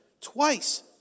Twice